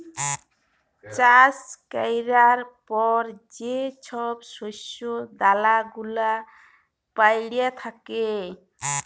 চাষ ক্যরার পর যে ছব শস্য দালা গুলা প্যইড়ে থ্যাকে